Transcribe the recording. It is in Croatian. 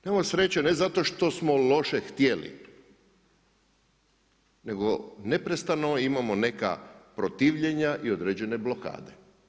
Nemamo sreće ne zato što smo loše htjeli nego neprestano imamo neka protivljenja i određene blokade.